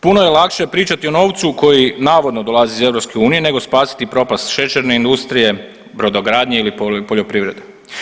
Puno je lakše pričati o novcu koji navodno dolazi iz EU nego spasiti propast šećerne industrije, brodogradnje ili poljoprivrede.